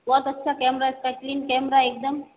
बहुत अच्छा कैमरा है क्लीन कैमरा एक दम